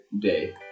day